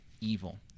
evil